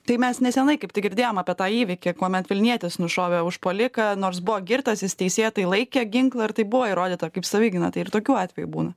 tai mes neseniai kaip tik girdėjom apie tą įvykį kuomet vilnietis nušovė užpuoliką nors buvo girtas jis teisėtai laikė ginklą ir tai buvo įrodyta kaip savigyna tai ir tokių atvejų būna